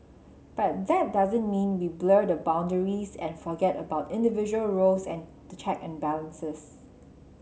but that doesn't mean we blur the boundaries and forget about individual roles and check and balances